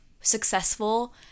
successful